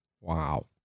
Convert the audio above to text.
Wow